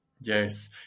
Yes